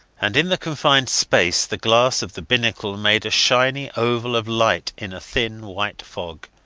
and in the confined space the glass of the binnacle made a shiny oval of light in a thin white fog.